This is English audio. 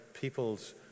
peoples